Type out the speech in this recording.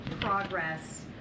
progress